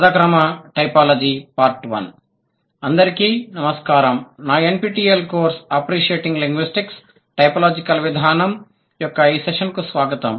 పద క్రమ typology part 1 అందరికీ నమస్కారం నా NPTEL course appreciating linguistics typological విధానం Appreciating Linguistics A typological approach యొక్క ఈ సెషన్కు స్వాగతం